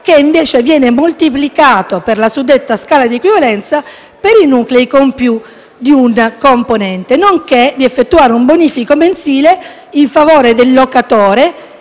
che invece viene moltiplicato per la suddetta scala di equivalenza per i nuclei con più di un componente, nonché di effettuare un bonifico mensile in favore del locatore